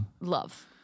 love